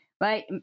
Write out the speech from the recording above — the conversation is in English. Right